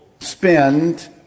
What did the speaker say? Spend